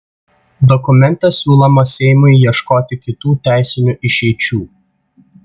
dokumente siūloma seimui ieškoti kitų teisinių išeičių